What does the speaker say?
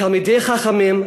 תלמידי חכמים,